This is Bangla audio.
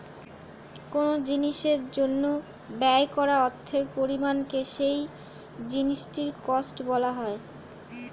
কোন জিনিসের জন্য ব্যয় করা অর্থের পরিমাণকে সেই জিনিসটির কস্ট বলা হয়